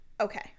Okay